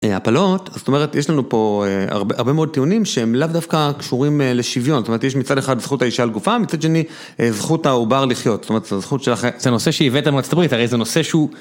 הפלות, זאת אומרת, יש לנו פה הרבה מאוד טיעונים שהם לאו דווקא קשורים לשוויון, זאת אומרת, יש מצד אחד זכות האישה על גופה, מצד שני זכות העובר לחיות, זאת אומרת, זכות של הח.... זה נושא שהבאתם מארצות הברית, הרי זה נושא שהוא...